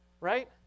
Right